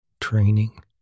training